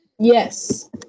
Yes